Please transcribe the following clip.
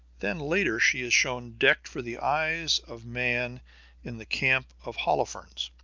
then later she is shown decked for the eyes of man in the camp of holofernes,